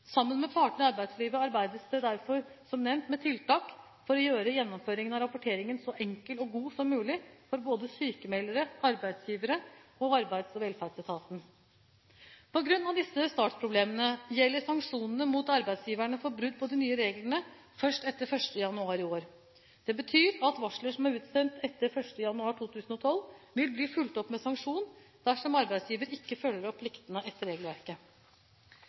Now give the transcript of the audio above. Sammen med partene i arbeidslivet arbeides det derfor som nevnt med tiltak for å gjøre gjennomføringen av rapporteringen så enkel og god som mulig for både sykmeldere, arbeidsgivere og arbeids- og velferdsetaten. På grunn av disse startproblemene gjelder sanksjonene mot arbeidsgiverne for brudd på de nye reglene først etter 1. januar i år. Det betyr at varsler som er utstedt etter 1. januar 2012, vil bli fulgt opp med sanksjoner dersom arbeidsgiver ikke følger opp pliktene etter regelverket.